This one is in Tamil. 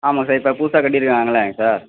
ஆமாம் சார் இப்போ புதுசாக கட்டியிருக்காங்களேங்க சார்